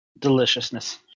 Deliciousness